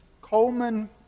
Coleman